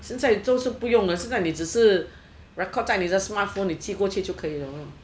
现在都是不用了你现在你只是 record 在你的 smartphone 你寄过去就可以了